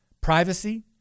privacy